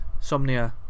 Somnia